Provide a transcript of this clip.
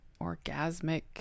orgasmic